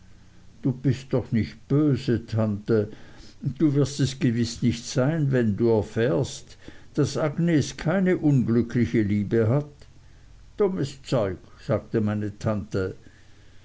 du bist doch nicht böse tante du wirst es gewiß nicht sein wenn du erfährst daß agnes keine unglückliche liebe hat dummes zeug sagte meine tante